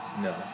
No